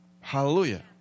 Hallelujah